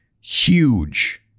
huge